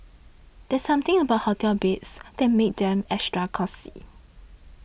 there's something about hotel beds that makes them extra cosy